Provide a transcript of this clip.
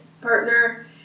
partner